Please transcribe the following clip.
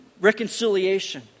reconciliation